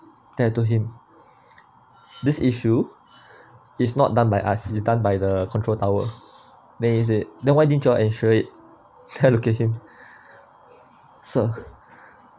then I told him this issue is not done by us is done by the control tower then he said then why didn't you ensure it then I look at him sir